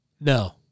No